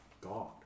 God